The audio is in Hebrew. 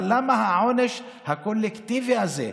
אבל למה העונש הקולקטיבי הזה?